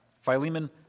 Philemon